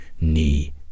knee